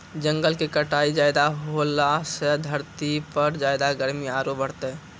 जंगल के कटाई ज्यादा होलॅ सॅ धरती पर ज्यादा गर्मी आरो बढ़तै